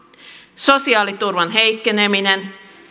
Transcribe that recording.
sosiaaliturvan heikkeneminen